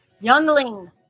Youngling